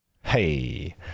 Hey